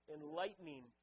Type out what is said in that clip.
enlightening